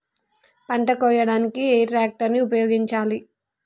పంట కోయడానికి ఏ ట్రాక్టర్ ని ఉపయోగించాలి?